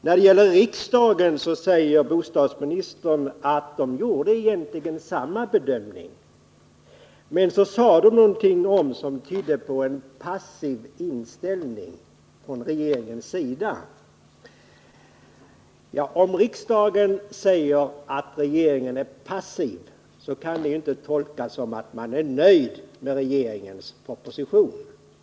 Bostadsministern sade att riksdagen egentligen gjorde samma bedömning som regeringen med tillägget att propositionen tydde på en passiv inställning från regeringens sida. Om riksdagen säger att regeringen är passiv, kan det inte tolkas som att den är nöjd med regeringens proposition.